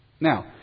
Now